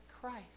Christ